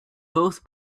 both